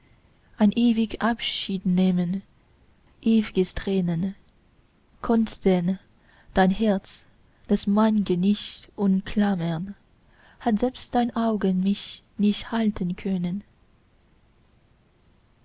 ein ewig abschiednehmen ewges trennen konnt denn dein herz das mein'ge nicht umklammern hat selbst dein auge mich nicht halten können